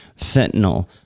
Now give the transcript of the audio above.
fentanyl